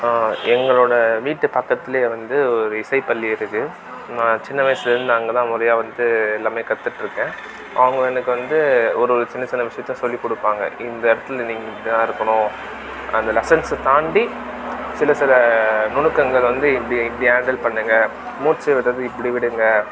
எங்களோடய வீட்டு பக்கத்திலையே வந்து இசைப்பள்ளி இருக்குது நான் சின்ன வயதுலருந்து அங்கே தான் முறையாக வந்து எல்லாமே கற்றுட்டுருக்கேன் அவங்க எனக்கு வந்து ஒரு சின்ன சின்ன விஷயத்தையும் சொல்லிக் கொடுப்பாங்க இந்த இடத்துல நீங்கள் இப்படி தான் இருக்கணும் அந்த லெசன்ஸை தாண்டி சில சில நுணுக்கங்கள் வந்து இப்படி இப்படி ஹேண்டில் பண்ணுங்க மூச்சு விடுறது இப்படி விடுங்க